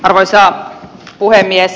arvoisa puhemies